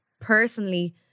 personally